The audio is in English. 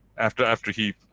after after he